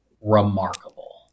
remarkable